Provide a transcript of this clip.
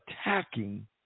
attacking